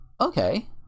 okay